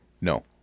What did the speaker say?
no